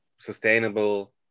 sustainable